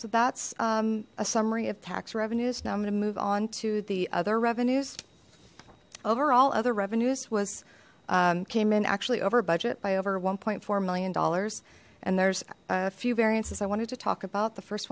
so that's a summary of tax revenues now i'm going to move on to the other revenues overall other revenues was came in actually over budget by over one point four million dollars and there's a few variances i wanted to talk about the first